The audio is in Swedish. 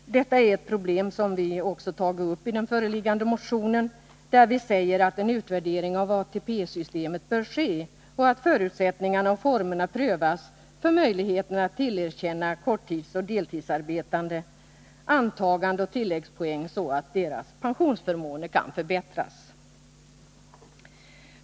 Detta är ett problem som vi tagit upp också i den av oss i detta ärende väckta motionen, där vi säger att en utvärdering av ATP-systemet bör ske och att förutsättningarna och formerna för möjligheten att tillerkänna korttidsoch deltidsarbetande antagandeoch tilläggspoäng bör prövas, så att deras pensionsförmåner förbättras.